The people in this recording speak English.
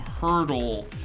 hurdle